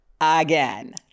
again